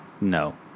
No